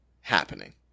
happening